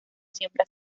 siempre